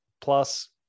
Plus